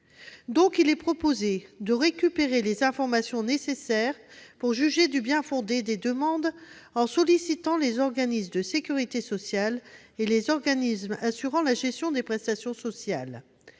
donc proposé de récupérer les informations nécessaires pour juger du bien-fondé des demandes en sollicitant les organismes de sécurité sociale et les organismes assurant la gestion des prestations sociales.